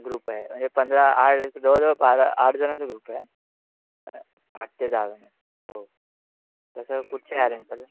group आहे म्हणजे पंधरा आळ एक जवळ जवळ बारा आठजणांचा ग्रुप आहे आठ ते दहाजण हो तसं कुठच्या ॲरेंज चालेल